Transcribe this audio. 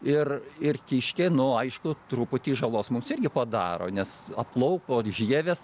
ir ir kiškiai nu aišku truputį žalos mums irgi padaro nes aplaupo žieves